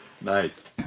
Nice